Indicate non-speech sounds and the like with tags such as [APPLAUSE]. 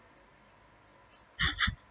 [BREATH] [BREATH]